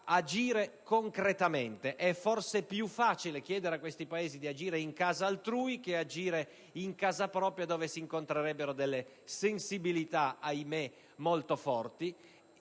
agire concretamente. È forse più facile chiedere a questi Paesi di agire in casa altrui che in casa propria dove si incontrerebbero delle sensibilità, ahimé, molto forti.